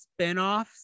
spinoffs